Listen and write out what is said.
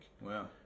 Wow